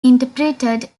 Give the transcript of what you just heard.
interpreted